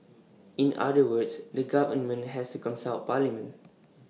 in other words the government has to consult parliament